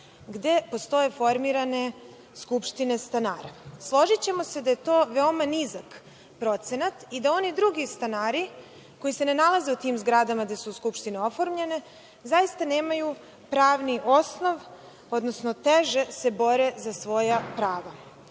gde postoje formirane skupštine stanara. Složićemo se da je to veoma nizak procenat i da oni drugi stanari koji se ne nalaze u tim zgradama gde su skupštine oformljene zaista nemaju pravni osnov, odnosno teže se bore za svoja prava. Ovaj